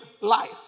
life